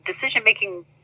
decision-making